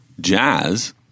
jazz